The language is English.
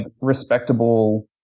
respectable